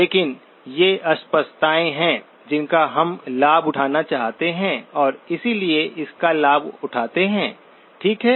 लेकिन ये अस्पष्टताएं हैं जिनका हम लाभ उठाना चाहते हैं और इसलिए इसका लाभ उठाते हैं ठीक है